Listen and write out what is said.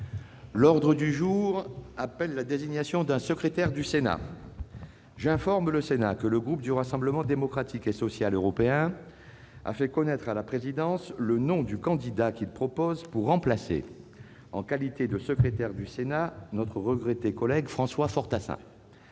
L'ordre du jour appelle la désignation d'un secrétaire du Sénat. J'informe le Sénat que le groupe du Rassemblement démocratique social et européen a fait connaître à la présidence le nom du candidat qu'il propose pour remplacer, en qualité de secrétaire du Sénat, notre regretté collègue, François Fortassin.